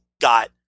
got